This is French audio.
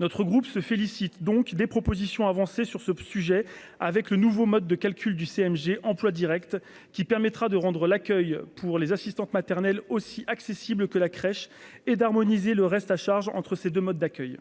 notre groupe se félicite donc des propositions avancées sur ce sujet avec le nouveau mode de calcul du CMG emplois Directs qui permettra de rendre l'accueil pour les assistantes maternelles aussi accessible que la crèche et d'harmoniser le reste à charge entre ces 2 modes d'accueil,